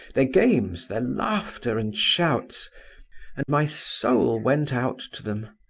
their games, their laughter and shouts and my soul went out to them.